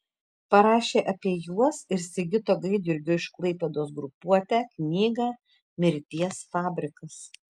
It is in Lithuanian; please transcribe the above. parašė apie juos ir sigito gaidjurgio iš klaipėdos grupuotę knygą mirties fabrikas